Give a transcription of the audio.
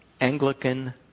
Anglican